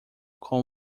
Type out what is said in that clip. com